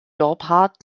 dorpat